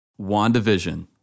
WandaVision